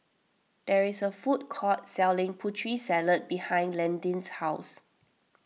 there is a food court selling Putri Salad behind Landin's house